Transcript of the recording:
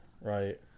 Right